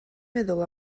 meddwl